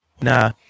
nah